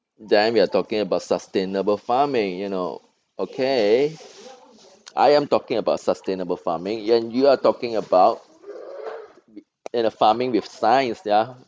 then we are talking about sustainable farming you know okay I am talking about sustainable farming and you are talking about in a farming with science ya